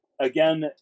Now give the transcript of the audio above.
again